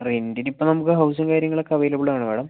റെന്റിനിപ്പം നമുക്ക് ഹൗസും കാര്യങ്ങളൊക്കെ അവൈലബിൾ ആണ് മേഡം